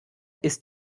ist